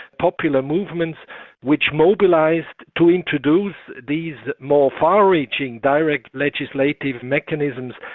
popular movements which mobilised to introduce these more far-reaching, direct legislative mechanisms.